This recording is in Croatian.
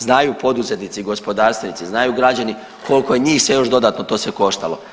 Znaju poduzetnici i gospodarstvenici, znaju građani koliko je njih sve dodatno to sve koštalo.